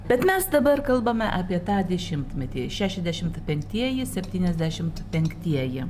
bet mes dabar kalbame apie tą dešimtmetį šešiasdešimt penktieji septyniasdešimt penktieji